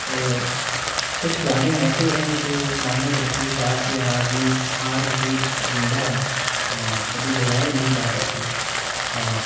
تو کچھ گانے ایسے ہیں جو محمد رفیع صاحب کی آواز میں آج بھی زندہ ہیں اور کبھی بھلائے نہیں جا سکتے اور